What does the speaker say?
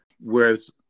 Whereas